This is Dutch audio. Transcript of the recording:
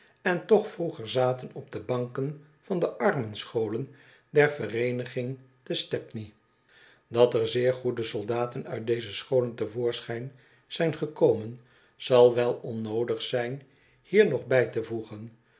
en toch vroeger zaten op de banken van de armenscholen der vereeniging te stepney dat er zeer goede soldaten uit deze scholen te voorschijn zijn gekomen zal welonnoodigzyn hier nog bij te voegen